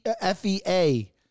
F-E-A